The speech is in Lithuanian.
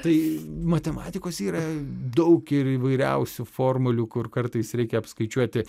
tai matematikos yra daug ir įvairiausių formulių kur kartais reikia apskaičiuoti